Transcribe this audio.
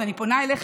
אז אני פונה אליך,